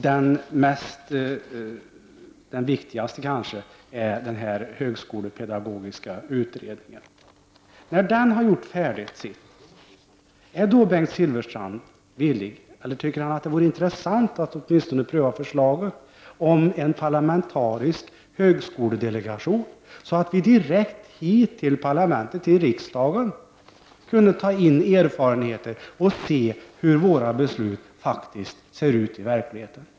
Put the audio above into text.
Den viktigaste är kanske den högskolepedagogiska utredningen. När den har gjort sitt arbete färdigt, tycker Bengt Silfverstrand att det vore intressant att då pröva tanken på tillsättandet av en parlamentarisk högskoledelegation, så att vi direkt hit till parlamentet, riksdagen, kunde ta in erfarenheter och se hur våra beslut ser ut omsatta i verkligheten?